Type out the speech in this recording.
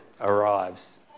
arrives